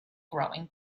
growing